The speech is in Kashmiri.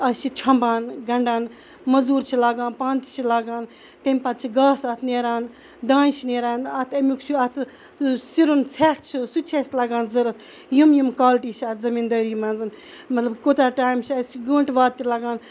أسۍ چھِ چھۄمبان گَنٛڈان موٚزوٗر چھِ لاگان پانہٕ تہِ چھِ لاگان تمہِ پَتہٕ چھ گاسہٕ اتھ نیران دانہِ چھ نیران اتھ امیُک چھُ اتھ سِرُن ژھیٚٹھ چھِ سُہ تہِ چھُ اَسہِ لَگان ضوٚرَتھ یِم یِم کالٹی چھِ اتھ زٔمیٖندٲری مَنٛز مَطلَب کوتاہ تایم چھِ أسۍ گٲنٹہٕ واد تہِ لَگان